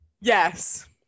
Yes